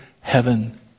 heaven